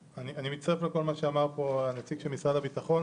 מצטרף לכל מה שאמר נציג משרד הביטחון,